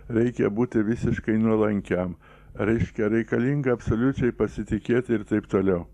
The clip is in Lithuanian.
reikia būti visiškai nuolankiam reiškia reikalinga absoliučiai pasitikėti ir taip toliau